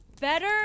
better